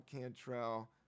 Cantrell